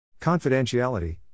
Confidentiality